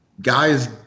Guys